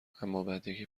امابعدیکی